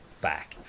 back